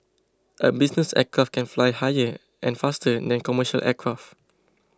a business aircraft can fly higher and faster than commercial aircraft